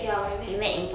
ya we met in poly